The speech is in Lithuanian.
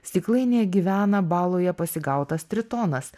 stiklainyje gyvena baloje pasigautas tritonas